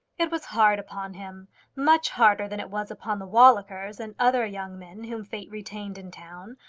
it was hard upon him much harder than it was upon the wallikers and other young men whom fate retained in town,